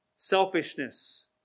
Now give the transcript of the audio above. selfishness